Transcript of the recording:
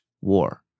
war